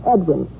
Edwin